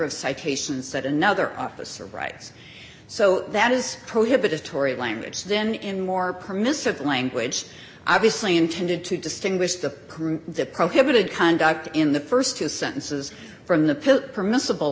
of citations that another officer writes so that is prohibitory language then in more permissive language obviously intended to distinguish the group the prohibited conduct in the st two sentences from the permissible